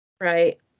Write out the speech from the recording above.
Right